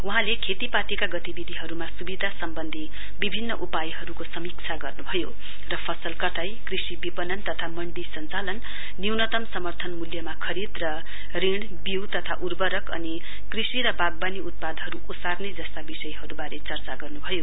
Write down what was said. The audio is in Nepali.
वहाँले खेतीपातीका गतिविधिहरूमा सुविधा सम्बन्धी विभिन्न उपायहरूको समीक्षा गर्नुभयो र फसल कटाई कृषि विपणन तथा मण्डी सञ्चालन न्यूनतम समर्थन मूल्यमा खरीद र ऋण बीउ तथा उर्वरक अनि कृषि तथा वाग्वानी उत्पादहरू ओसार्ने जस्ता विषयहरूबारे चर्चा गर्नुभयो